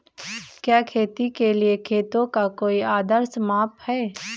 क्या खेती के लिए खेतों का कोई आदर्श माप है?